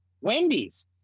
Wendy's